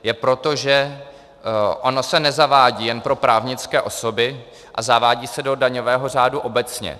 Je to proto, že ono se nezavádí jen pro právnické osoby, zavádí se do daňového řádu obecně.